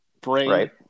Brain